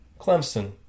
Clemson